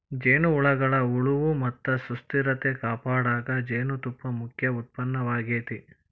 ಜೇನುಹುಳಗಳ ಉಳಿವು ಮತ್ತ ಸುಸ್ಥಿರತೆ ಕಾಪಾಡಕ ಜೇನುತುಪ್ಪ ಮುಖ್ಯ ಉತ್ಪನ್ನವಾಗೇತಿ